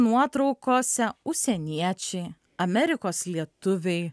nuotraukose usieniečiai amerikos lietuviai